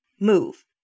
move